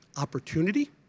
opportunity